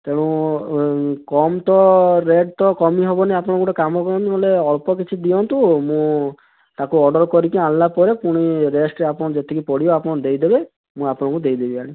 ତେଣୁ କମ୍ ତ ରେଟ୍ ତ କମି ହେବନି ଆପଣ ଗୋଟେ କାମ କରନ୍ତୁ ନହେଲେ ଅଳ୍ପ କିଛି ଦିଅନ୍ତୁ ମୁଁ ତା'କୁ ଅର୍ଡ଼ର୍ କରିକି ଆଣିଲା ପରେ ପୁଣି ରେଷ୍ଟରେ ଆପଣଙ୍କୁ ଯେତିକି ପଡ଼ିବ ଆପଣ ଦେଇଦେବେ ମୁଁ ଆପଣଙ୍କୁ ଦେଇଦେବି ଆଣି